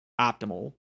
optimal